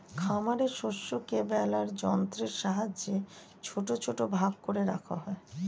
খামারের শস্যকে বেলার যন্ত্রের সাহায্যে ছোট ছোট ভাগ করে রাখা হয়